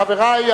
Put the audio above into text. חברי,